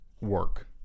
work